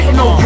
no